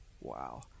Wow